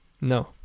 No